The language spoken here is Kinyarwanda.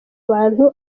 abantu